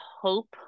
hope